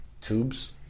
tubes